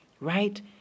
right